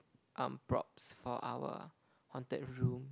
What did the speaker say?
um props for our haunted room